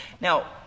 Now